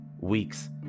weeks